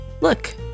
look